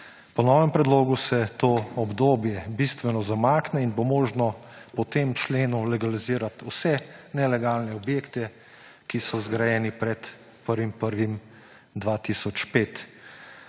Po novem predlogu se to obdobje bistveno zamakne in bo možno po tem členu legalizirati vse nelegalne objekte, ki so zgrajeni pred 1. 1. 2005.